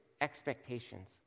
expectations